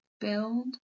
build